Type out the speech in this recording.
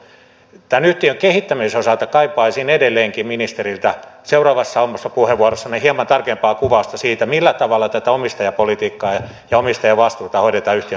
tämän yhtiön kehittämisen osalta kaipaisin edelleenkin ministeriltä seuraavassa omassa puheenvuorossanne hieman tarkempaa kuvausta siitä millä tavalla tätä omistajapolitiikkaa ja omistajavastuuta hoidetaan yhtiön kehittämisessä